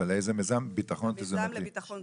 המיזם לביטחון תזונתי.